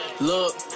look